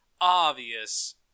obvious